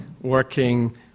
working